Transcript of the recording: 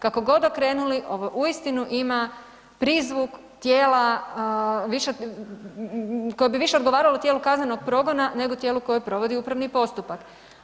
Kako god okrenuli ovo uistinu ima prizvuk tijela koje bi više odgovaralo tijelu kaznenog progona nego tijelu koje provodi upravni postupak.